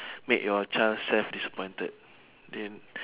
make your child self disappointed then